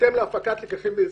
בהתאם להפקת לקחים ויישומם.